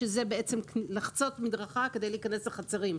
שזה בעצם לחצות מדרכה כדי להיכנס לחצרים.